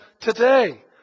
today